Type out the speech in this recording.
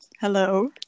Hello